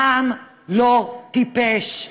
העם לא טיפש.